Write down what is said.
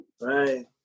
Right